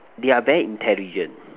they are very intelligent